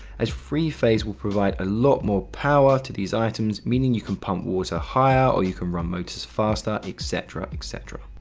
as three phase will provide a lot more power to these items, meaning you can pump water higher, or you can run motors faster, et cetera, et cetera.